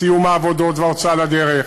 סיום העבודות וההוצאה לדרך,